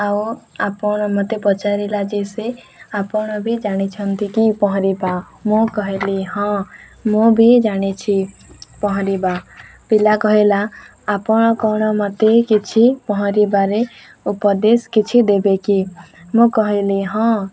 ଆଉ ଆପଣ ମୋତେ ପଚାରିଲା ଯେ ସେ ଆପଣ ବି ଜାଣିଛନ୍ତି କି ପହଁରିବା ମୁଁ କହିଲି ହଁ ମୁଁ ବି ଜାଣିଛି ପହଁରିବା ପିଲା କହିଲା ଆପଣ କ'ଣ ମୋତେ କିଛି ପହଁରିବାରେ ଉପଦେଶ କିଛି ଦେବେ କି ମୁଁ କହିଲି ହଁ